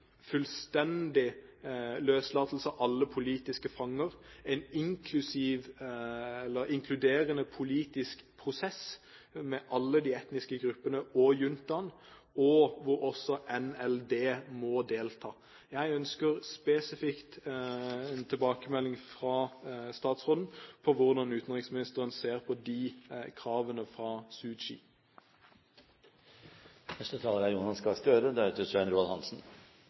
fullstendig løslatelse av alle politiske fanger, en inkluderende politisk prosess med alle de etniske gruppene og juntaen, og hvor også NLD må delta. Jeg ønsker spesifikt en tilbakemelding fra utenriksministeren på hvordan han ser på de kravene fra